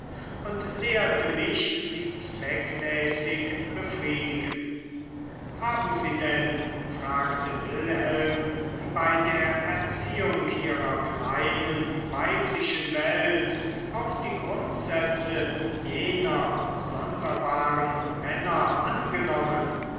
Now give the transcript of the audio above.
und lehrte mich sie zweckmäßig befriedigen haben sie denn fragte wilhelm bei der erziehung ihrer kleinen weiblichen welt auch die grundsätze jener sonderbaren männer angenommen